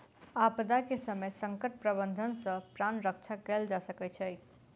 आपदा के समय संकट प्रबंधन सॅ प्राण रक्षा कयल जा सकै छै